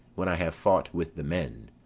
when i have fought with the men,